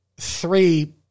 Three